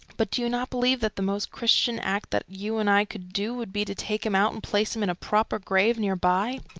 but do you not believe that the most christian act that you and i could do would be to take him out and place him in a proper grave near by?